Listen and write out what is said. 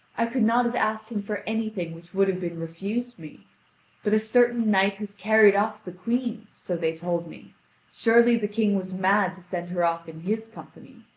i could not have asked him for anything which would have been refused me but a certain knight has carried off the queen, so they told me surely the king was mad to send her off in his company.